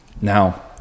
Now